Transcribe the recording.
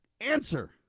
answer